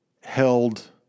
held